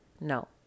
no